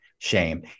Shame